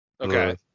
okay